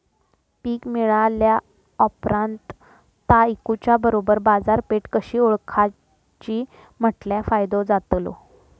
पीक मिळाल्या ऑप्रात ता इकुच्या बरोबर बाजारपेठ कशी ओळखाची म्हटल्या फायदो जातलो?